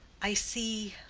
i see,